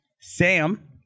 Sam